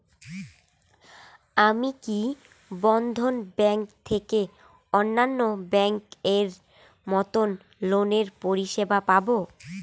আমি কি বন্ধন ব্যাংক থেকে অন্যান্য ব্যাংক এর মতন লোনের পরিসেবা পাব?